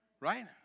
Right